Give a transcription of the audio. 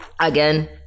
again